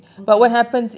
okay